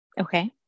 Okay